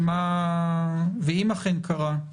ואם אכן קרה,